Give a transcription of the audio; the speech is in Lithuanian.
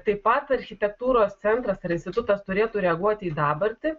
taip pat architektūros centras ar institutas turėtų reaguoti į dabartį